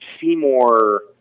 Seymour